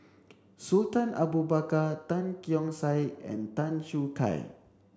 Sultan Abu Bakar Tan Keong Saik and Tan Choo Kai